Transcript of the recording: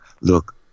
Look